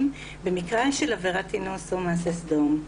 במקרה של עבירת אינוס או מעשה סדום.